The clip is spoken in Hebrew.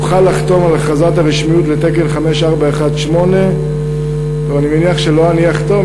אוכל לחתום על הכרזת הרשמיות לתקן 5418. אני מניח שלא אני אחתום,